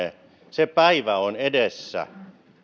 se päivä on edessä että